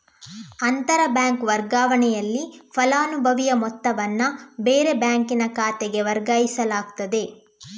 ಅಂತರ ಬ್ಯಾಂಕ್ ವರ್ಗಾವಣೆನಲ್ಲಿ ಫಲಾನುಭವಿಯ ಮೊತ್ತವನ್ನ ಬೇರೆ ಬ್ಯಾಂಕಿನ ಖಾತೆಗೆ ವರ್ಗಾಯಿಸಲಾಗ್ತದೆ